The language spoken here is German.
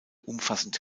umfassend